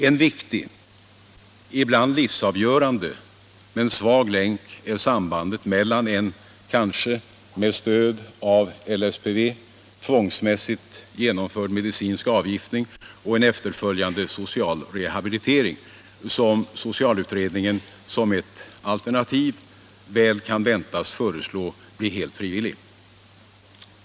En viktig — ibland livsavgörande — men svag länk är sambandet mellan en kanske, med stöd av LSPV, tvångsmässigt genomförd medicinsk avgiftning och en efterföljande social rehabilitering, som socialutredningen som ett alternativ kan väntas föreslå bli helt frivillig.